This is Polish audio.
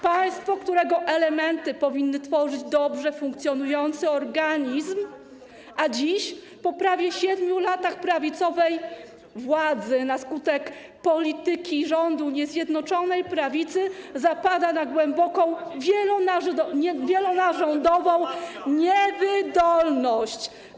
Państwo, którego elementy powinny tworzyć dobrze funkcjonujący organizm, a dziś, po prawie 7 latach prawicowej władzy, na skutek polityki rządu niezjednoczonej prawicy zapada na głęboką, wielonarządową niewydolność.